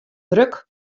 druk